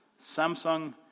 Samsung